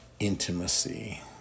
intimacy